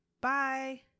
Bye